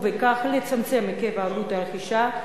ובכך לצמצם את היקף עלות הרכישה,